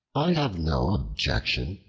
i have no objection,